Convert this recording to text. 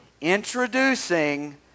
introducing